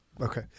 Okay